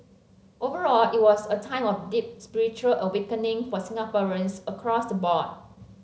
overall it was a time of deep spiritual awakening for Singaporeans across the board